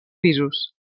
pisos